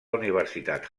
universitat